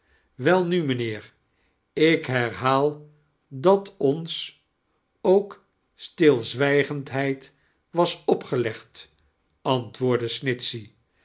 welnu m ijnihee r ik herhaal dat ons ook stilzwijgendheid was opge legd antwoordde snitichey